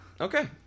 Okay